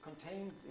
contained